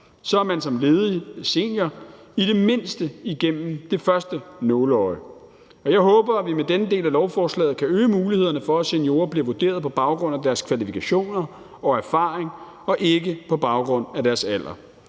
Så er man som ledig senior i det mindste igennem det første nåleøje. Og jeg håber, at vi med denne del af lovforslaget kan øge mulighederne for, at seniorer bliver vurderet på baggrund af deres kvalifikationer og erfaring og ikke på baggrund af deres alder.